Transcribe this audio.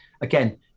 Again